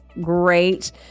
Great